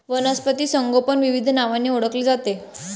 वनस्पती संगोपन विविध नावांनी ओळखले जाते